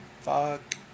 fuck